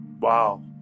Wow